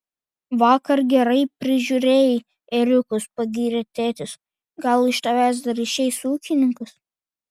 vakar gerai prižiūrėjai ėriukus pagyrė tėtis gal iš tavęs dar išeis ūkininkas